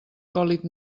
còlit